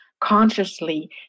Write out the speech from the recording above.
consciously